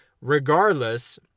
regardless